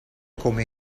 come